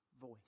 voice